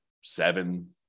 seven